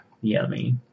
Yummy